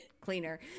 cleaner